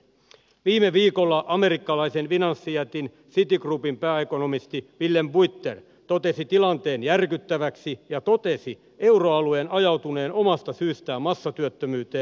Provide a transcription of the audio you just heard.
viime viikolla amerikkalaisen finanssijätin citigroupin pääekonomisti willem buiter totesi tilanteen järkyttäväksi ja totesi euroalueen ajautuneen omasta syystään massatyöttömyyteen